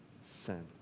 sin